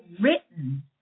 written